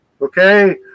okay